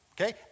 Okay